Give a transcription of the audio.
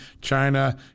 China